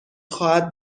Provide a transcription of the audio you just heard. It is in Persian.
خواهد